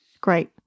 Great